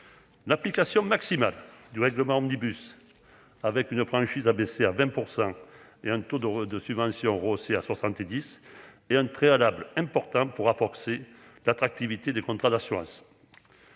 L'application maximale du règlement Omnibus avec une franchise abaissée à 20 % et une subvention rehaussée à 70 % est un préalable important pour renforcer l'attractivité des contrats d'assurance.